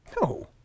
No